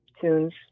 tunes